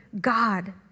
God